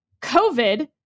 COVID